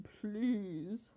please